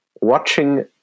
watching